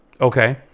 Okay